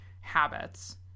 habits